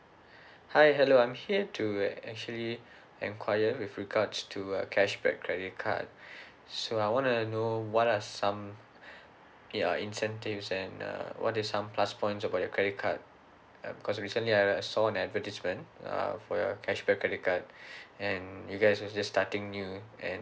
hi hello I'm here to actually enquire with regards to uh cashback credit card so I wanna know what are some ya incentives and uh what is some plus point about your credit card uh because recently I saw an advertisement uh for your cashback credit card and you guys was just starting new and